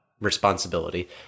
responsibility